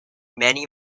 many